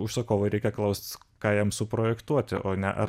užsakovo reikia klaust ką jam suprojektuoti o ne ar